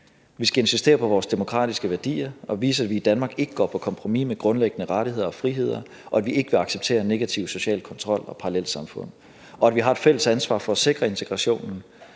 Vi skal insistere på vores demokratiske værdier og vise, at vi i Danmark ikke går på kompromis med grundlæggende rettigheder og friheder, at vi ikke vil acceptere negativ social kontrol og parallelsamfund, og at vi har et fælles ansvar for at sikre integrationen.